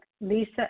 Lisa